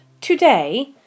Today